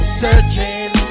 searching